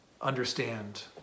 understand